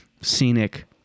Scenic